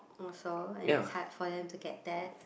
or so and it's hard for them to get there